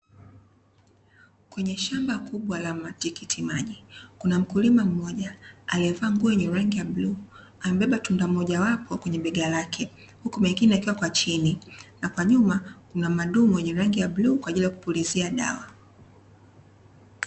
Kwenye shamba kubwa la matikiti maji, kuna mkulima mmoja aliyevaa nguo yenye rangi ya bluu, amebeba tunda mojawapo kwenye bega lake, huku mengine yakiwa kwa chini. Na kwa nyuma kuna madumu yenye rangi ya bluu kwa ajili ya kupulizia dawa.